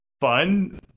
fun